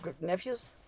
nephews